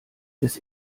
des